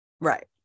Right